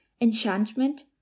enchantment